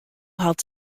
hat